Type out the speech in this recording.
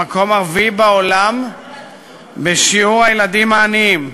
במקום הרביעי בעולם בשיעור הילדים העניים,